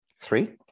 Three